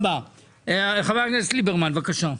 חבר הכנסת ליברמן, בקשה.